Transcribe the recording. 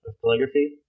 calligraphy